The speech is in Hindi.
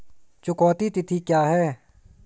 चुकौती तिथि क्या है?